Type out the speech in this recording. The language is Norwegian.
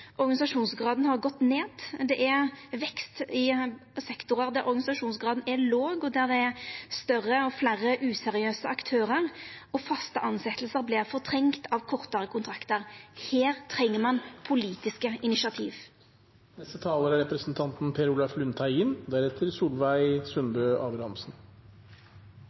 Organisasjonsgraden har gått ned. Det er vekst i sektorar der organisasjonsgraden er låg, og der det er større og fleire useriøse aktørar. Faste tilsetjingar vert fortrengde av kortare kontraktar. Her treng ein politiske initiativ. Det er